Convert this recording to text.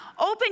open